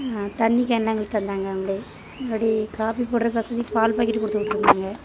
தண்ணி கேன்லாம் எங்களுக்கு தந்தாங்க அவங்களே மறுபடி காஃபி போட்றதுக்கு வசதி பால் பாக்கெட் கொடுத்து விட்டுருந்தாங்க